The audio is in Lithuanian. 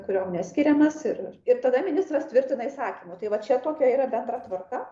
kuriom neskiriamas ir ir tada ministras tvirtina įsakymu tai va čia tokia yra bendra tvarka